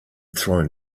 thrown